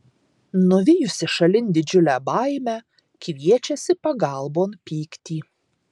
nuvijusi šalin didžiulę baimę kviečiasi pagalbon pyktį